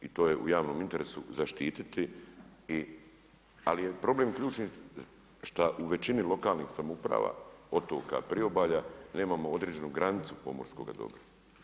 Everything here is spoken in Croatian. I to je u javnom interesu zaštiti ali je problem ključni šta u većini lokalnih samouprava, otoka, priobalja nemamo određenu granicu pomorskoga dobra.